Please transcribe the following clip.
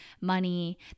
money